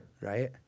right